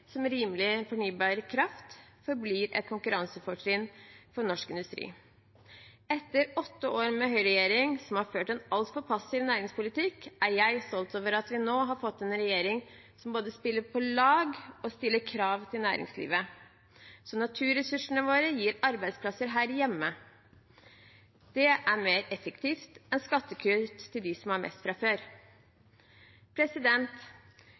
som rimelig fornybar kraft, forblir et konkurransefortrinn for norsk industri. Etter at vi har hatt åtte år med en høyreregjering som har ført en altfor passiv næringspolitikk, er jeg stolt over at vi nå har fått en regjering som både spiller på lag med og stiller krav til næringslivet, slik at naturressursene våre gir arbeidsplasser her hjemme. Det er mer effektivt enn skattekutt til dem som har mest fra før.